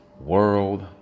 World